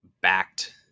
backed